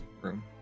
room